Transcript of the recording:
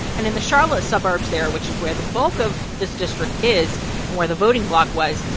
and in the charlotte suburbs there, which is where the bulk of this district is and where the voting block was,